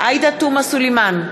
עאידה תומא סלימאן,